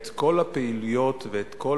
את כל הפעילויות ואת כל